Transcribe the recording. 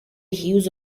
hues